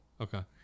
Okay